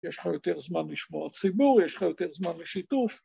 ‫יש לך יותר זמן לשמוע ציבור, ‫יש לך יותר זמן לשיתוף.